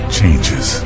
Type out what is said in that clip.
changes